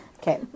Okay